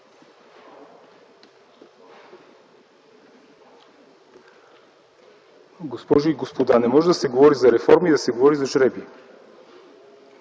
Госпожи и господа, не може да се говори за реформи и да се говори за жребий.